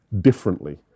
differently